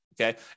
okay